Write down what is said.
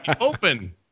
Open